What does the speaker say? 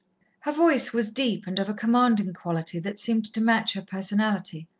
her voice was deep and of a commanding quality that seemed to match her personality,